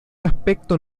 aspecto